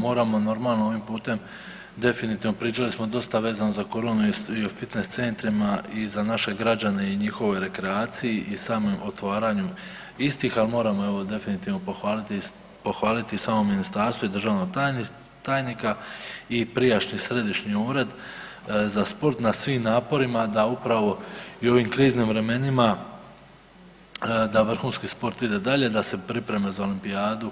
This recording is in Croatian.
Moramo normalno ovim putem definitivno, pričali smo dosta vezano za koronu i o fitnes centrima i za naše građane i njihovoj rekreaciji i samom otvaranju istih, ali moramo evo definitivno pohvaliti i samo ministarstvo i državnog tajnika i prijašnji središnji ured za sport na svim naporima da upravo i u ovim kriznim vremenima da vrhunski sport ide dalje, da se pripreme za olimpijadu